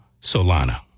Solana